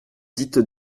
dites